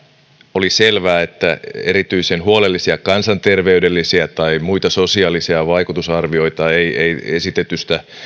oli selvää että erityisen huolellisia kansanterveydellisiä tai muita sosiaalisia vaikutusarvioita ei ei esitetystä